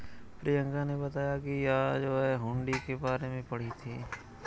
प्रियंका ने बताया कि आज वह हुंडी के बारे में पढ़ी थी